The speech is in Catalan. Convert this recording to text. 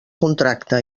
contracte